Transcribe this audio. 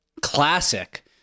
classic